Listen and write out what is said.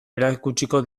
erakutsiko